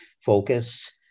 focus